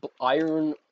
iron